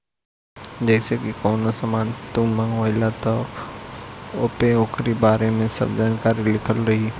जइसे की कवनो सामान तू मंगवल त ओपे ओकरी बारे में सब जानकारी लिखल रहि